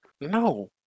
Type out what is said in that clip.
No